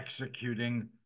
executing